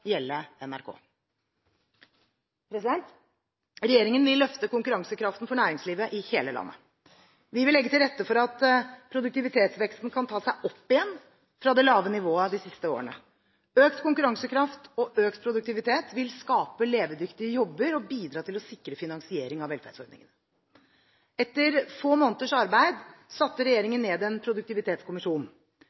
NRK. Regjeringen vil løfte konkurransekraften for næringslivet i hele landet. Vi vil legge til rette for at produktivitetsveksten kan ta seg opp igjen fra det lave nivået de siste årene. Økt konkurransekraft og økt produktivitet vil skape levedyktige jobber og bidra til å sikre finanseringen av velferdsordningene. Etter få måneders arbeid satte regjeringen ned en produktivitetskommisjon.